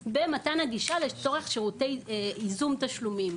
במתן הגישה לצורך שירותי ייזום תשלומים.